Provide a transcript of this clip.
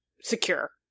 secure